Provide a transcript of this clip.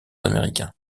américains